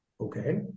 Okay